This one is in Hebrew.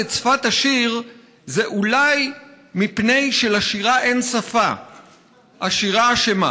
את שפת השיר / זה אולי מפני שלשירה אין שפה / השירה אשמה